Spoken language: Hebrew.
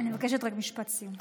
אני מבקשת רק משפט סיום.